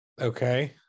Okay